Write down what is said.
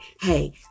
hey